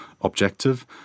objective